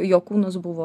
jo kūnas buvo